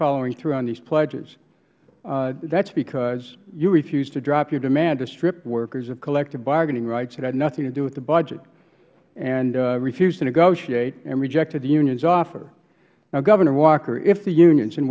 following through on these pledges that is because you refused to drop your demand to strip workers of collective bargaining rights that had nothing to do with the budget and refused to negotiate and rejected the unions offer now governor walker if the unions in